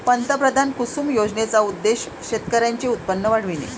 पंतप्रधान कुसुम योजनेचा उद्देश शेतकऱ्यांचे उत्पन्न वाढविणे